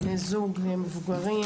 בני זוג מבוגרים,